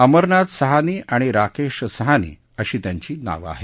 अमरनाथ सहानी आणि राकेश सहानी अशी त्यांची नावं आहेत